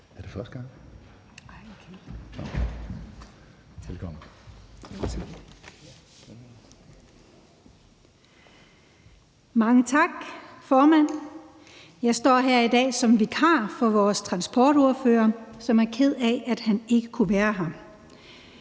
Raabjerg (KF): Mange tak, formand. Jeg står her i dag som vikar for vores transportordfører, som er ked af, at han ikke kunne være her.